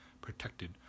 protected